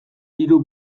hiru